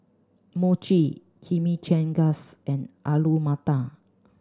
Mochi Chimichangas and Alu Matar